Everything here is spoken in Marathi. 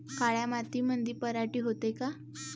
काळ्या मातीमंदी पराटी होते का?